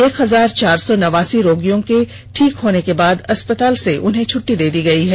एक हजार चार सौ नवासी रोगियों को ठीक होने के बाद अस्पताल से छुट्टी दे दी गई है